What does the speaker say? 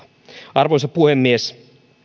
arvoisa puhemies